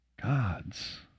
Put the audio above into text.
God's